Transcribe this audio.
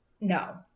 no